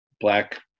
black